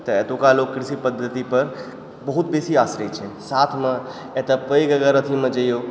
तऽ एतुका लोग कृषि पद्धति पर बहुत बेसी आश्रय छै साथमे एतऽ पैघ अगर अथीमे जइयौ